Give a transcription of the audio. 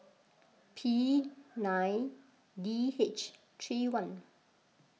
P nine D H three one